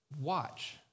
Watch